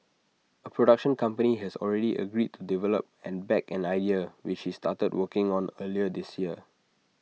A production company has already agreed to develop and back an idea which he started working on earlier this year